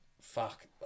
fuck